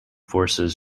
forces